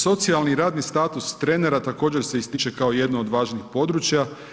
Socijalni i radni status trenera također se ističe kao jedno od važnih područja.